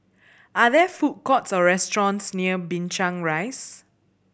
are there food courts or restaurants near Binchang Rise